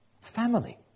Family